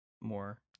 more